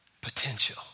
potential